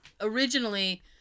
originally